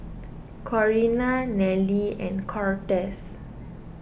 Corina Nelly and Cortez